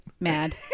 Mad